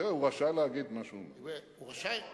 תראה, הוא רשאי להגיד מה שהוא, הוא רשאי.